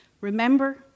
Remember